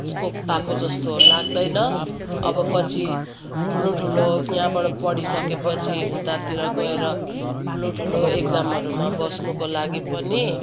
scope पाएको जस्तो लाग्दैन अब पछि ठुलो ठुलो यहाँबाट पढिसकेपछि उतातिर गएर ठुलो ठुलो इक्जामहरूमा बस्नुको लागि पनि